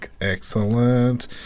Excellent